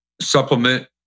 supplement